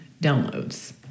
downloads